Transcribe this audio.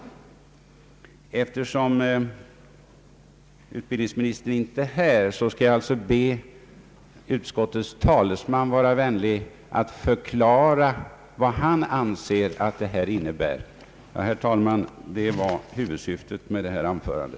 Eftersom utbildningsministern inte är i kammaren ber jag utskottets talesman att vara vänlig att förklara vad han anser att detta uttryck innebär. Detta är, herr talman, huvudsyftet med mitt anförande.